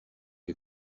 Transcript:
her